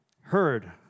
Heard